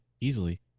easily